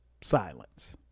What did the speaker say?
Silence